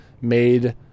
made